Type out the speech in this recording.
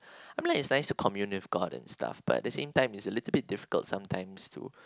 I mean it's like nice to commune with god and stuff but at the same time it's a little bit difficult sometimes to